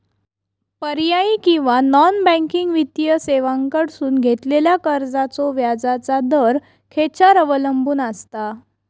पर्यायी किंवा non banking वित्तीय सेवांकडसून घेतलेल्या कर्जाचो व्याजाचा दर खेच्यार अवलंबून आसता?